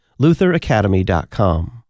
lutheracademy.com